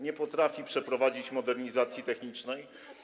Nie potrafi przeprowadzić modernizacji technicznej.